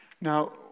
Now